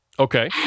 Okay